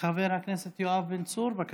חבר הכנסת יואב בן צור, בבקשה.